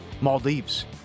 Maldives